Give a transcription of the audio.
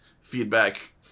feedback